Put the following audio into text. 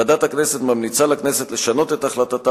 ועדת הכנסת ממליצה לכנסת לשנות את החלטתה